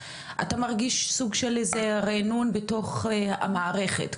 אתה מרגיש סוג של איזה ריענון בתוך המערכת.